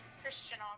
Christian